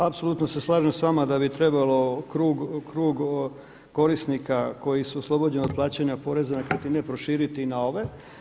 Apsolutno se slažem sa vama da bi trebalo krug korisnika koji su oslobođeni od plaćanja poreza na nekretnine proširiti i na ove.